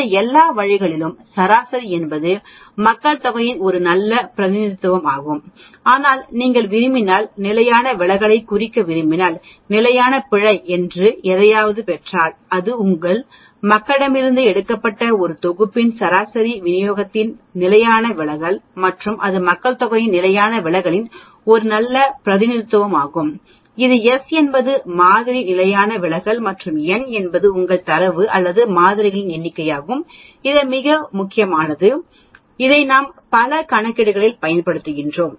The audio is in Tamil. இந்த எல்லா வழிகளினதும் சராசரி என்பது மக்கள்தொகையின் ஒரு நல்ல பிரதிநிதித்துவமாகும் ஆனால் நீங்கள் விரும்பினால் நிலையான விலகலைக் குறிக்க விரும்பினால் நிலையான பிழை என்று எதையாவது பெற்றால் அது ஒரு மக்களிடமிருந்து எடுக்கப்பட்ட ஒரு தொகுப்பின் மாதிரி விநியோகத்தின் நிலையான விலகல் மற்றும் இது மக்கள்தொகையின் நிலையான விலகலின் ஒரு நல்ல பிரதிநிதித்துவமாகும் இது S என்பது மாதிரி நிலையான விலகல் மற்றும் n என்பது உங்கள் தரவு அல்லது மாதிரிகளின் எண்ணிக்கையாகும் இது மிக முக்கியமானது இதை நாம் பல கணக்கீடுகளில் பயன்படுத்துகிறோம்